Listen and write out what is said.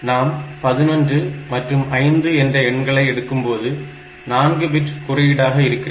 நாம் 11 மற்றும் 5 என்ற எண்களை எடுக்கும்போது 4 பிட் குறியீடாக இருக்கிறது